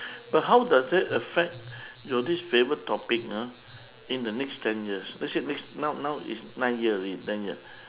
but how does that affect your this favourite topic ah in the next ten years let's say now now is nine year already ten year